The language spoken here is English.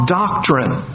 doctrine